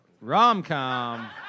Rom-com